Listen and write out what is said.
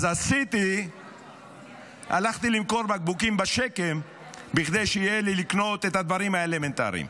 אז הלכתי למכור בקבוקים בשק"ם כדי שיהיה לי לקנות את הדברים האלמנטריים.